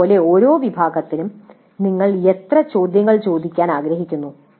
ഇതുപോലെ ഓരോ വിഭാഗത്തിനും നിങ്ങൾ എത്ര ചോദ്യങ്ങൾ ചോദിക്കാൻ ആഗ്രഹിക്കുന്നു